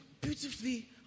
beautifully